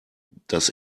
dass